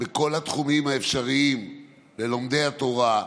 בכל התחומים האפשריים ללומדי התורה,